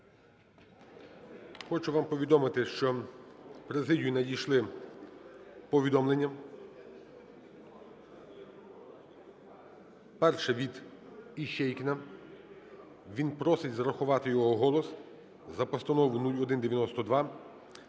Хочу вам повідомити, що в президію надійшли повідомлення. Перше: від Іщейкіна, він просить зарахувати його голос за Постанову 0192